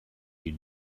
you